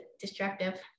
destructive